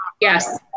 Yes